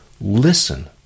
listen